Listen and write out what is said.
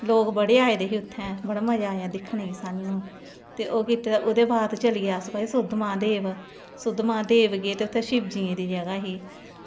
लोग बड़े आये दे हे उत्थें ते बड़ा मजा आया दिक्खनै गी सानूं ते ओह्दे बाद च चली गे भई अस सुद्धमहादेव सुद्धमहादेव गे ते उत्थें शिवजियें दी जगह ऐही